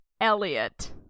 Elliot